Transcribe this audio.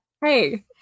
hey